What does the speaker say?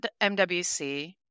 MWC